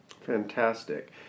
Fantastic